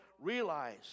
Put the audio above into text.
realize